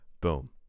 boom